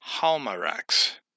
halmarax